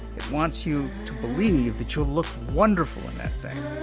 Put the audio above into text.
it wants you to believe that you'll look wonderful in that thing.